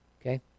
Okay